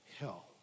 hell